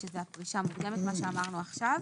זו הפרישה המוקדמת כפי שאמרנו עכשיו.